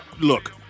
look